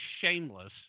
shameless